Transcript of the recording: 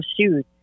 shoes